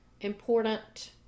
important